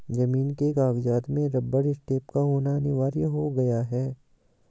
जमीन के कागजात में रबर स्टैंप का होना अनिवार्य हो गया है